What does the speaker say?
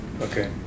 Okay